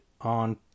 on